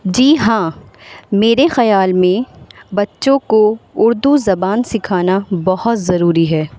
جی ہاں میرے خیال میں بچوں کو اردو زبان سکھانا بہت ضروری ہے